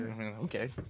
Okay